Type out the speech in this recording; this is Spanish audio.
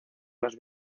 los